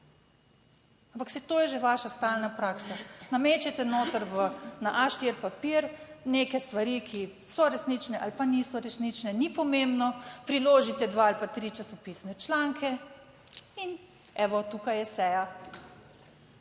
to je že vaša stalna praksa, namečete noter v na štiri papir neke stvari, ki so resnične ali pa niso resnične, ni pomembno, priložite dva ali pa tri časopisne članke in evo, tukaj je seja